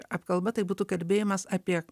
apkalba tai būtų kalbėjimas apie